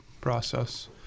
process